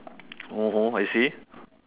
mmhmm I see